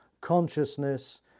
consciousness